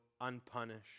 unpunished